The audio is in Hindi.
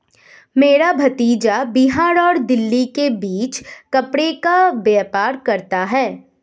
मेरा भतीजा बिहार और दिल्ली के बीच कपड़े का व्यापार करता है